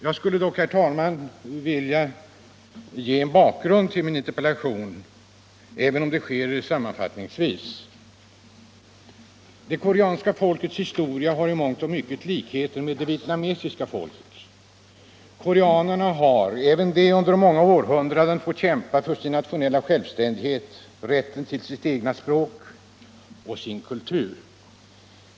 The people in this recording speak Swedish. Jag skulle, herr talman, vilja ge en bakgrund till min interpellation, även om det blir en sammanfattning. Det koreanska folkets historia har i mångt och mycket likheter med det vietnamesiska folkets. Koreanerna har, även de, under många århundraden fått kämpa för sin nationella självständighet, rätten till sitt eget språk och sin kultur.